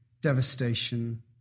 devastation